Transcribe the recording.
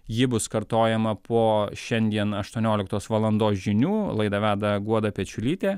ji bus kartojama po šiandien aštuonioliktos valandos žinių laidą veda guoda pečiulytė